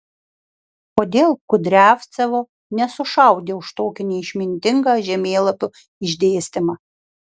kodėl kudriavcevo nesušaudė už tokį neišmintingą žemėlapių išdėstymą